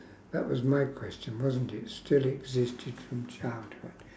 that was my question wasn't it still existed from childhood